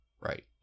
right